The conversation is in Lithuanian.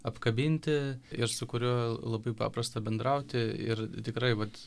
apkabinti ir su kuriuo labai paprasta bendrauti ir tikrai vat